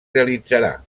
realitzarà